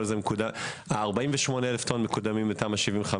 ה-48 אלף טון מקודמים יותר מ-75.